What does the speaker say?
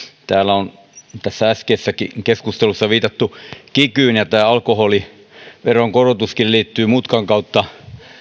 täällä on tässä äskeisessäkin keskustelussa viitattu kikyyn ja tämä alkoholiveron korotuskin liittyy mutkan kautta